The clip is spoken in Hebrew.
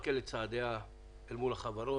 לכלכל את צעדיה אל מול החברות.